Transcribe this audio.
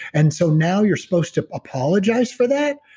and so now you're supposed to apologize for that?